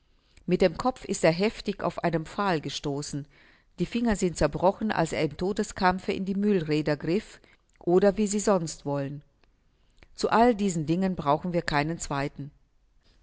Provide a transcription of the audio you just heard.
mit dem kopf ist er heftig auf einen pfahl gestoßen die finger sind zerbrochen als er im todeskampfe in die mühlräder griff oder wie sie sonst wollen zu all diesen dingen brauchen wir keinen zweiten